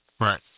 Right